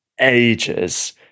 ages